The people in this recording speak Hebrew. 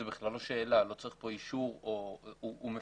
זאת בכלל לא שאלה ולא צריך כאן אישור כי הוא מפר.